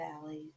valleys